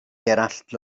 gerallt